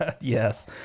Yes